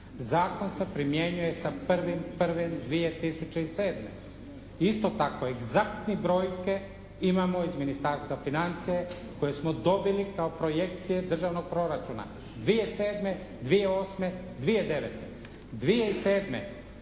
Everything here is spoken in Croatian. Zakon se primjenjuje se 1.1.2007. Isto tako egzaktne brojke imamo iz Ministarstva financija koje smo dobili kao projekcije državnog proračuna 2007., 2008., 2009. 2007.